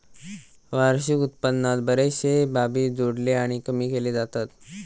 वार्षिक उत्पन्नात बरेचशे बाबी जोडले आणि कमी केले जातत